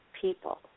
people